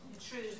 true